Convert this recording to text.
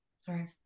sorry